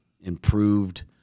improved